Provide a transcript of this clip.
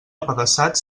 apedaçat